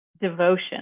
devotion